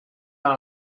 that